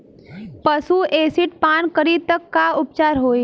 पशु एसिड पान करी त का उपचार होई?